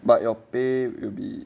but your pay it'll be